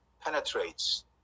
penetrates